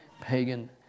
pagan